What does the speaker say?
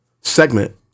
segment